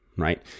right